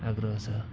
आग्रह छ